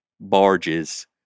barges